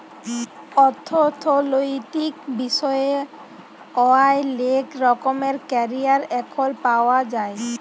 অথ্থলৈতিক বিষয়ে অযায় লেক রকমের ক্যারিয়ার এখল পাউয়া যায়